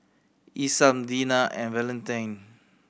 Isam Deena and Valentin